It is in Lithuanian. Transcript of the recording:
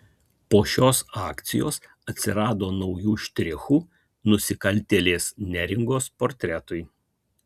po šios akcijos atsirado naujų štrichų nusikaltėlės neringos portretui